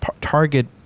target